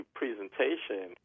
presentation